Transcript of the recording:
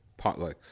potlucks